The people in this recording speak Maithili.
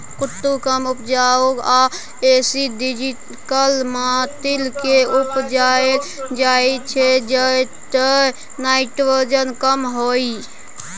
कुट्टू कम उपजाऊ आ एसिडिक माटि मे उपजाएल जाइ छै जतय नाइट्रोजन कम होइ